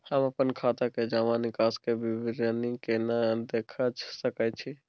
हम अपन खाता के जमा निकास के विवरणी केना देख सकै छी?